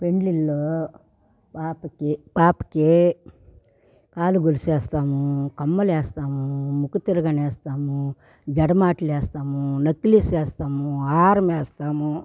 పెండ్లిల్లో పాపకి పాపకి కాలు గొలుసు ఏస్తాము కమ్మలేస్తాము ముక్కు తిరగని వేస్తాము జడమాట్లు వేస్తాము నక్కిలీస్ వేస్తాము హారం వేస్తాము